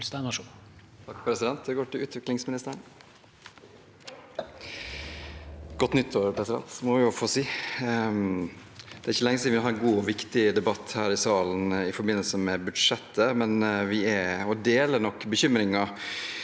Det er ikke lenge siden vi hadde en god og viktig debatt her i salen i forbindelse med budsjettet, men vi deler nok bekymringene